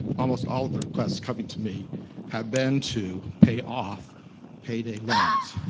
almost all of the requests coming to me have been to pay off payday loans.